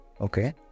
Okay